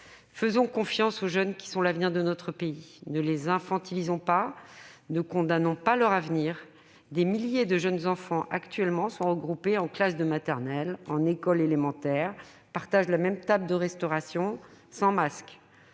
faisons confiance aux jeunes qui sont l'avenir de notre pays ! Ne les infantilisons pas, ne condamnons pas leur avenir ! Des milliers de jeunes enfants sont actuellement regroupés en classe maternelle ou en école élémentaire ; ils partagent la même table de restauration collective,